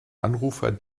anrufer